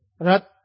Rat